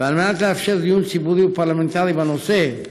וכדי לאפשר דיון ציבורי ופרלמנטרי בנושא,